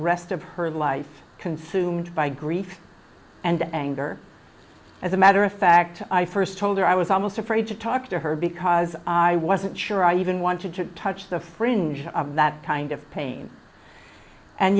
rest of her life consumed by grief and anger as a matter of fact i first told her i was almost afraid to talk to her because i wasn't sure i even wanted to touch the fringe of that kind of pain and